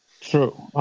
True